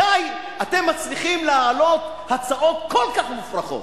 מתי אתם מצליחים להעלות הצעות כל כך מופרכות?